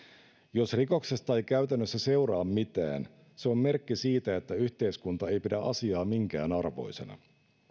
jos rikoksesta ei käytännössä seuraa mitään se on merkki siitä että yhteiskunta ei ei pidä asiaa minkään arvoisena